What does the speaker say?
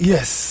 Yes